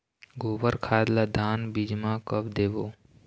गोबर खाद ला धान बीज म कब देबो?